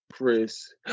Chris